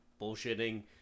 bullshitting